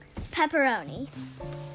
Pepperoni